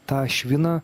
tą šviną